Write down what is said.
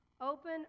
Open